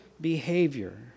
behavior